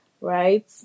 right